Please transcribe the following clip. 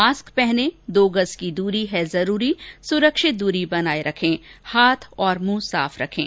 mask पहनें दो गज की दूरी है जरूरी सुरक्षित दूरी बनाए रखें हाथ और मुंह साफ रखें